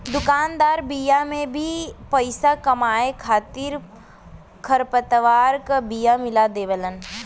दुकानदार बिया में भी पईसा कमाए खातिर खरपतवार क बिया मिला देवेलन